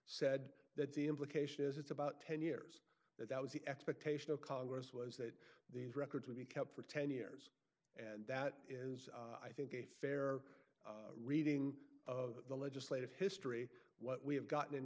said that the implication is it's about ten years that that was the expectation of congress was that these records would be kept for ten years and that is i think a fair reading of the legislative history what we have gotten in